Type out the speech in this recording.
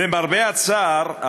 למרבה הצער,